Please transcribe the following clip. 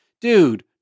Dude